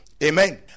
Amen